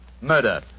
Murder